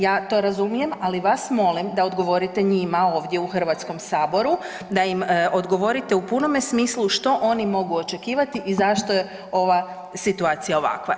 Ja to razumijem, ali vas molim da odgovorite njima ovdje u Hrvatskom saboru, da im odgovorite u punome smislu što oni mogu očekivati i zašto je ova situacija ovakva.